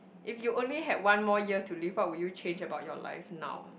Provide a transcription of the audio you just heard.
if you only had one more year to live what would you change about your life now